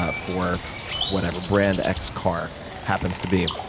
ah for whatever brand x car happens to be,